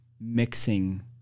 mixing